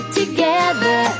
together